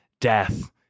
death